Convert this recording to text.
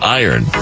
iron